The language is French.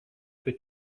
que